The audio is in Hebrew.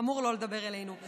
אמור לא לדבר אלינו.